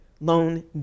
loan